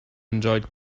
enjoyed